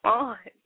on